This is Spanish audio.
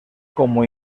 como